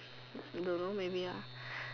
don't know maybe ah